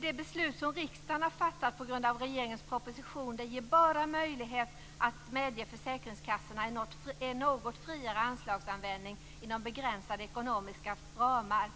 Det beslut som riksdagen har fattat på grund av regeringens proposition ger bara möjlighet att medge försäkringskassorna en något friare anslagsanvändning inom begränsade ekonomiska ramar.